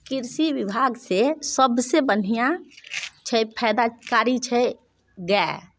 कृषि विभागसँ सभसँ बढ़िआँ छै फायदा कारी छै गाए